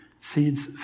Seeds